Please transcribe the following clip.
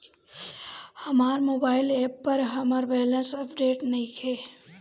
हमर mobile app पर हमर बैलेंस अपडेट नइखे